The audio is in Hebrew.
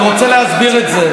(חבר הכנסת יואב בן צור יוצא מאולם המליאה.)